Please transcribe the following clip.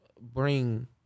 bring